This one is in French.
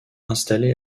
installées